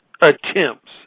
attempts